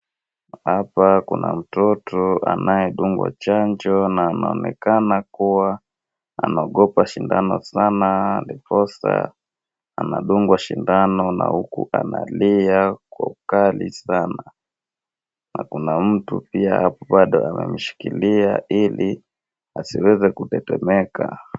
Hapa kuna mtoto anayegongwa chanjo na anaonekana kuwa anaogopa shindano sana, ndiposa anadungwa shindano na huku analia kwa ukali sana. Na kuna mtu pia hapo bado anamshikilia ili asiweze kutetemeka.